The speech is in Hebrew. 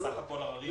זה סך הכול עררים,